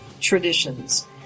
traditions